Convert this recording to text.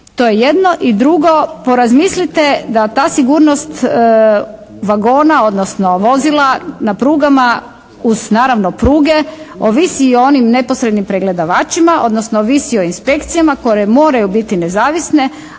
To je jedno. A drugo, porazmislite da ta sigurnost vagona, odnosno vozila na prugama uz naravno pruge ovisi i o onim neposrednim pregledavačima, odnosno ovisi o inspekcijama koje moraju biti nezavisne.